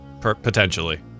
potentially